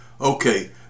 Okay